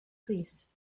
plîs